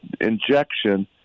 injection